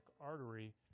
artery